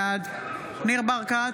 בעד ניר ברקת,